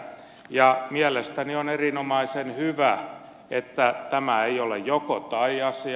ja mielestäni on erinomaisen hyvä että tämä ei ole jokotai asia